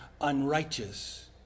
unrighteous